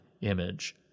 image